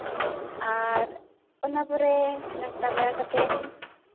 ᱟᱨ ᱚᱱᱟ ᱯᱚᱨᱮ ᱱᱟᱥᱛᱟ ᱵᱟᱲᱟ ᱠᱟᱛᱮ